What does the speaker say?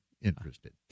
interested